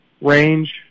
range